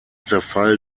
zerfall